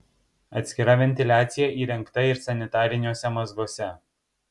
atskira ventiliacija įrengta ir sanitariniuose mazguose